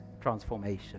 transformation